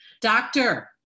doctor